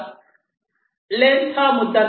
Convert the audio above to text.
length हा मुद्दा नाही